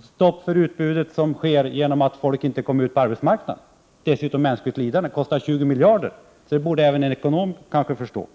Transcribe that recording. stopp för utbudet som blir följden av att människor inte kommer ut på arbetsmarknaden. Dessutom är det ju fråga om mänskligt lidande. Kostnaderna uppgår till 20 miljarder, så detta borde även en ekonom förstå.